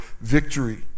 victory